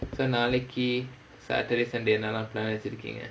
so நாளைக்கி:naalaikki saturday sunday என்னெல்லாம்:ennellaam plan வெச்சுருக்கீங்க:vechurukkeenga